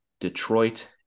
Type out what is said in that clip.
Detroit